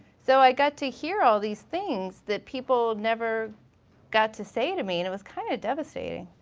so i got to hear all these things that people never got to say to me and it was kinda devastating.